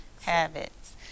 habits